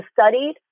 studied